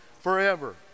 forever